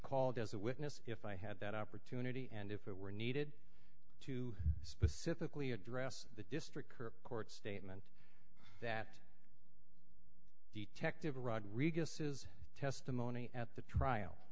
called as a witness if i had that opportunity and if it were needed to specifically address the district court statement that detective rodriguez says testimony at the trial